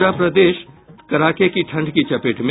पूरा प्रदेश कड़ाके की ठंड की चपेट में